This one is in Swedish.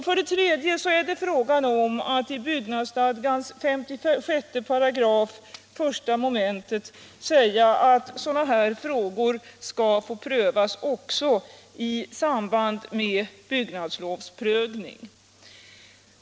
För det tredje är det fråga om att i byggnadsstadgans 56 § I mom. säga att sådana här frågor skall få prövas också i samband med byggnadslovsprövning.